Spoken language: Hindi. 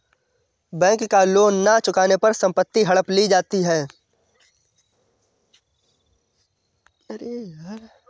बैंक का लोन न चुकाने पर संपत्ति हड़प ली जाती है